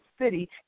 city